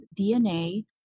DNA